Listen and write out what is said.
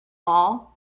all